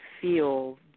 feel